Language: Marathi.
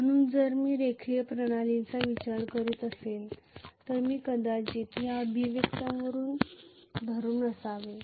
म्हणून जर मी रेखीय प्रणालीचा विचार करीत असेल तर मी कदाचित या अभिव्यक्तीवर धरुन असावे